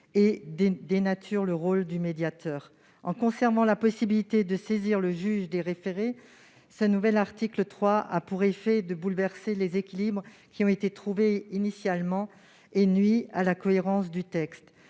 et dénature le rôle du médiateur. En conservant la possibilité de saisir le juge des référés, ce nouvel article 3 a pour effet de bouleverser les équilibres qui ont été initialement trouvés et il nuit à la cohérence du texte.